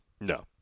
No